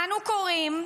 "אנו קוראים,